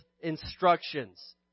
instructions